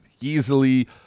easily